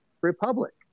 republic